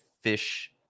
fish